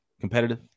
competitive